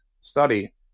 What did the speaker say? study